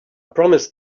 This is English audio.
promised